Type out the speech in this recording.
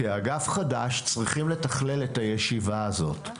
כאגף חדש, צריכים לתכלל את הישיבה הזאת.